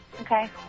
Okay